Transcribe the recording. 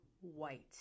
white